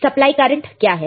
supply current क्या है